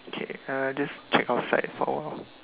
okay uh just check outside for a while